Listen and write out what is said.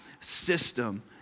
system